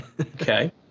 Okay